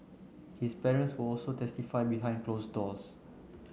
his parents will also testify behind closed doors